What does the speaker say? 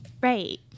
right